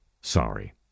sorry